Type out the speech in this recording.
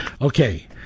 Okay